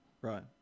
right